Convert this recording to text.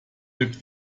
wirkt